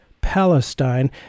Palestine